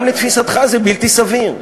גם לתפיסתך זה בלתי סביר.